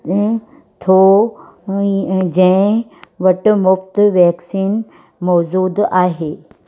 थो हुई जहिं वटि मुफ़्ति वैक्सीन मौजूदु आहे